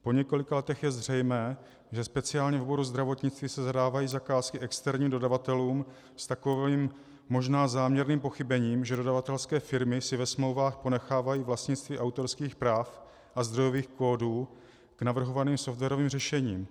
Po několika letech je zřejmé, že speciálně v oboru zdravotnictví se zadávají zakázky externím dodavatelům s takovým možná záměrným pochybením, že dodavatelské firmy si ve smlouvách ponechávají vlastnictví autorských práv a zdrojových kódů k navrhovaným softwarovým řešením.